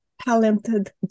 talented